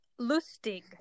Lustig